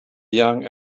young